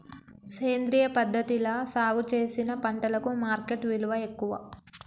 సేంద్రియ పద్ధతిలా సాగు చేసిన పంటలకు మార్కెట్ విలువ ఎక్కువ